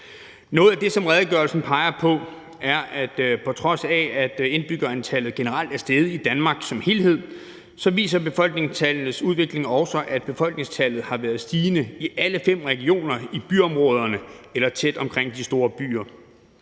Noget af det, som redegørelsen peger på, er, at på trods af at indbyggertallet generelt er steget i Danmark som helhed, viser befolkningstallenes udvikling også, at befolkningstallet har været stigende i alle fem regioner i byområderne eller tæt omkring de store byer.